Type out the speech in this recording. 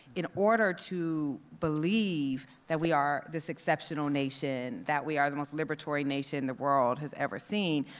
in order to believe that we are this exceptional nation, that we are the most liberatory nation the world has ever seen,